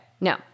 No